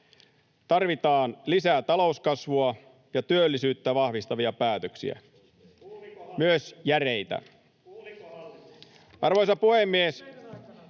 Tarvitaan lisää talouskasvua ja työllisyyttä vahvistavia päätöksiä. Myös järeitä. [Ben